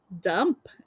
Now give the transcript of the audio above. dump